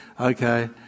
okay